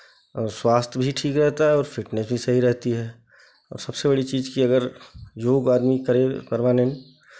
और स्वास्थ्य भी ठीक रहता है और फिटनेस भी सही रहती है और सबसे बड़ी चीज़ की अगर योग अगर आदमी करे करवाने